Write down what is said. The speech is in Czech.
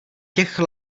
těch